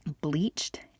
bleached